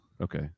Okay